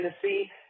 Tennessee